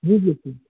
जी जी जी